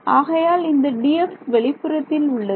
ஆகையால் இந்த Dx வெளிப்புறத்தில் உள்ளது